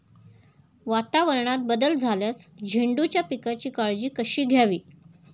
वातावरणात बदल झाल्यास झेंडूच्या पिकाची कशी काळजी घ्यावी?